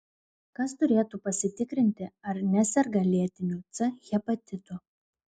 kas turėtų pasitikrinti ar neserga lėtiniu c hepatitu